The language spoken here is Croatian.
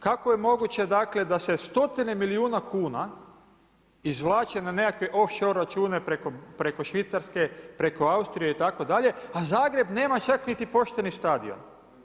Kako je moguće da se stotine milijuna kuna izvlače na nekakve off shore račune preko Švicarske, preko Austrije itd., a Zagreb nema čak niti pošteni stadion?